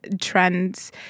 trends